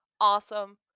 awesome